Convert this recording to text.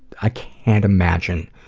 i can't imagine.